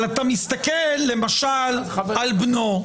אבל אתה מסתכל למשל על בנו,